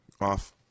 Off